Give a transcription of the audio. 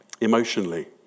Emotionally